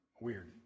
weird